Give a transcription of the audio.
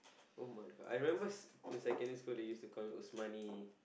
[oh]-my-god I remember in secondary school they use to call me Usmani